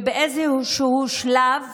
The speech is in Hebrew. ובאיזשהו שלב